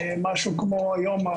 משהו כמו היום,